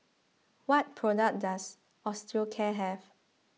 what product does Osteocare have